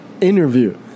interview